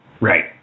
Right